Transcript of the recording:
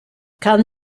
kann